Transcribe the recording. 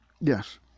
Yes